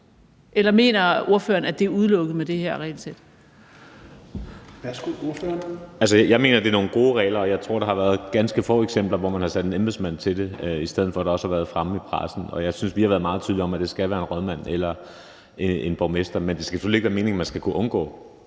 17:27 Lars Aslan Rasmussen (S): Jeg mener, det er nogle gode regler, og jeg tror, at der har været ganske få eksempler på, at man har sat en embedsmand til det, sådan som det også har været fremme i pressen. Jeg synes, at vi har været meget tydelige omkring, at det skal være en rådmand eller en borgmester. Det er selvfølgelig ikke meningen, at man skal kunne undgå